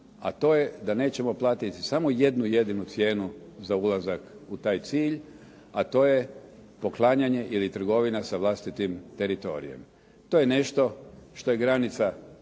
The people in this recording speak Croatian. a to je da nećemo platiti samo jednu jedinu cijenu za ulazak u taj cilj a to je poklanjanje ili trgovina sa vlastitim teritorijem. To je nešto što je granica